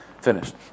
Finished